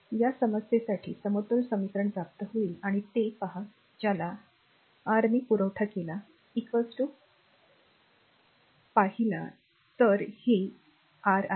या समस्येसाठी समतोल समीकरण प्राप्त होईल आणि ते r पहा ज्याला r ने पुरवठा केला पाहिला तर हे r आहे